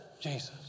Jesus